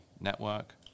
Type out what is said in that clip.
network